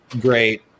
great